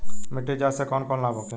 मिट्टी जाँच से कौन कौनलाभ होखे?